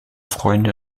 freunde